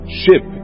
ship